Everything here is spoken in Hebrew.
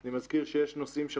אני מזכיר שיש נושאים של